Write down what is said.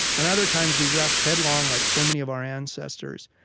and other times we rush headlong like so many of our ancestors.